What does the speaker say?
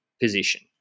position